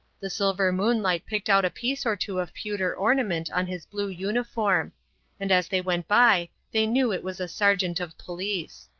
the silver moonlight picked out a piece or two of pewter ornament on his blue uniform and as they went by they knew it was a sergeant of police.